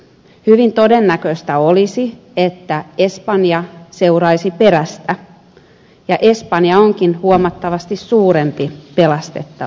hyvin todennäköistä olisi että espanja seuraisi perästä ja espanja onkin huomattavasti suurempi pelastettava